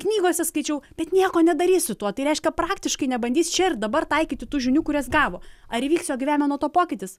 knygose skaičiau bet nieko nedarei su tuo tai reiškia praktiškai nebandys čia ir dabar taikyti tų žinių kurias gavo ar įvyks jo gyvenime nuo to pokytis